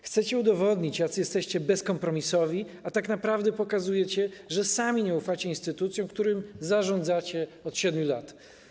Chcecie udowodnić, jacy jesteście bezkompromisowi, a tak naprawdę pokazujecie, że sami nie ufacie instytucjom, którymi zarządzacie od 7 lat.